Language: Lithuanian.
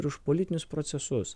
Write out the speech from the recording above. už politinius procesus